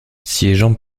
siégeant